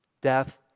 death